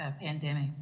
pandemic